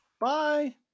Bye